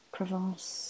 Provence